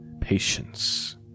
Patience